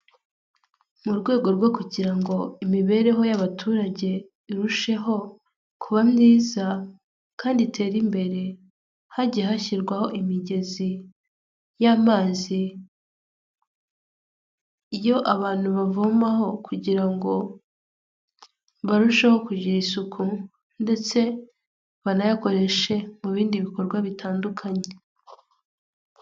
Mu rwego rwo kugira ngo imibereho y'abaturage irusheho kuba myiza kandi itere imbere, hagiye hashyirwaho imigezi y'amazi, iyo abantu bavomaho kugira ngo barusheho kugira isuku ndetse banayakoreshe mu bindi bikorwa bitandukanye.